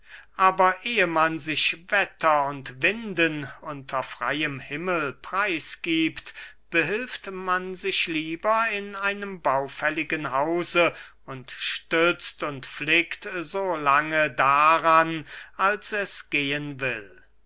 aber ehe man sich wetter und winden unter freyem himmel preis giebt behilft man sich lieber in einem baufälligen hause und stützt und flickt so lange daran als es gehen will